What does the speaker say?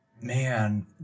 man